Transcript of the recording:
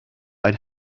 i’d